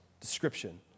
description